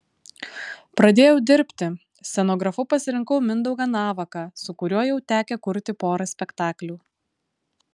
pradėjau dirbti scenografu pasirinkau mindaugą navaką su kuriuo jau tekę kurti porą spektaklių